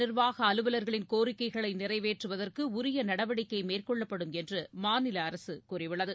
நிர்வாக அலுவலர்களின் கோரிக்கைகளை நிறைவேற்றுவதற்கு உரிய கிராம நடவடிக்கை மேற்கொள்ளப்படும் என்று மாநில அரசு கூறியுள்ளது